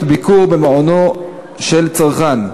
40) (שעות ביקור במענו של צרכן),